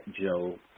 Joe